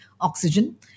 oxygen